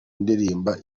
ndirimba